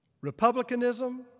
Republicanism